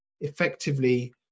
effectively